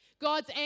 God's